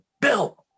Bill